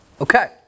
Okay